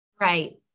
Right